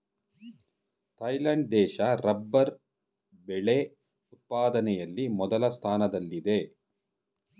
Thailand ದೇಶ rubber ಬೆಳೆ ಉತ್ಪಾದನೆಯಲ್ಲಿ ಮೊದಲ ಸ್ಥಾನದಲ್ಲಿದೆ